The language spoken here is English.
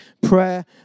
Prayer